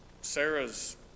Sarah's